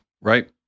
Right